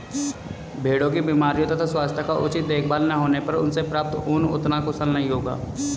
भेड़ों की बीमारियों तथा स्वास्थ्य का उचित देखभाल न होने पर उनसे प्राप्त ऊन उतना कुशल नहीं होगा